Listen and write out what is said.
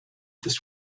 this